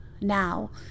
now